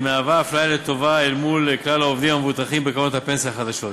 זו אפליה לטובה אל מול כלל העובדים המבוטחים בקרנות הפנסיה החדשות.